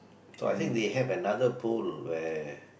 so I think they have another poll where